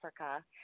Africa